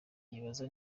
yibaza